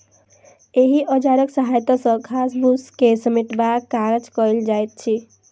एहि औजारक सहायता सॅ घास फूस के समेटबाक काज कयल जाइत अछि